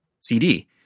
CD